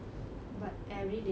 but everyday